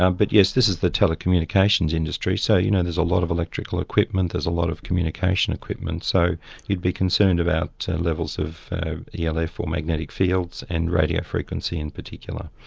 um but yes, this is the telecommunications industry so you know there's a lot of electrical equipment, there's a lot of communication equipment so we'd be concerned about levels of yeah elf or magnetic fields and radio frequency in particular.